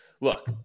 look